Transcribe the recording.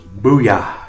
booyah